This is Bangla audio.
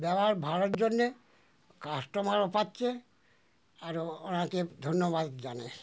ব্যবহার ভালোর জন্যে কাস্টমারও পাচ্ছে আর ওঁকে ধন্যবাদ জানাই